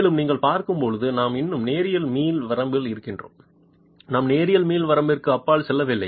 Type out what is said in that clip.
மேலும் நீங்கள் பார்க்கும்போது நாம் இன்னும் நேரியல் மீள் வரம்பில் இருக்கிறோம் நாம் நேரியல் மீள் வரம்பிற்கு அப்பால் செல்லவில்லை